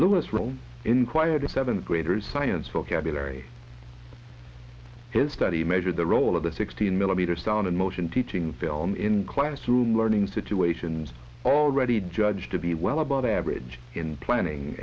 lewis role inquired seventh graders science vocabulary his study measure the role of a sixteen millimeter stand in motion teaching film in classroom learning situations already judged to be well above average in planning